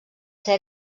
ser